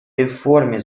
реформе